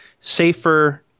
safer